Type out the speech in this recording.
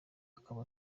akaba